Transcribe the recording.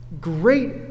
great